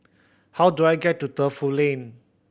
how do I get to Defu Lane